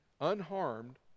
unharmed